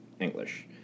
English